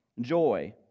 joy